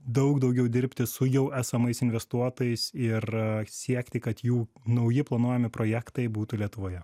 daug daugiau dirbti su jau esamais investuotojais ir siekti kad jų nauji planuojami projektai būtų lietuvoje